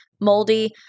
moldy